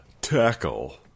Tackle